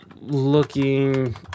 looking